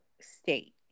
state